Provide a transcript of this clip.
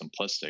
simplistic